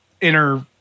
inner